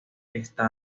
está